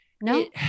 No